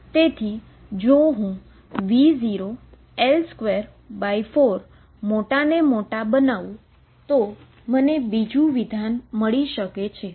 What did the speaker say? તેથી કે જો હું V0L24 મોટા ને મોટા બનાવું તો હું બીજું વિધાન મેળવી શકું છું